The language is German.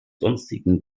sonstigen